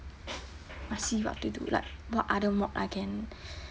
I see what to do like what other mod I can